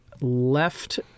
left